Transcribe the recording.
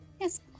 Yes